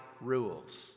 rules